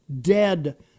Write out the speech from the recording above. dead